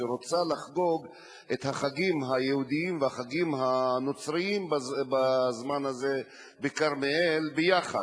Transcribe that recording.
שרוצה לחגוג את החגים היהודיים והחגים הנוצריים בזמן הזה בכרמיאל ביחד.